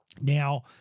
Now